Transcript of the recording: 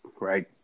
Right